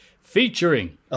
featuring